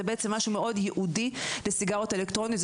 בעצם משהו מאוד ייעודי לסיגריות אלקטרוניות.